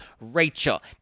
Rachel